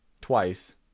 twice